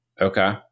Okay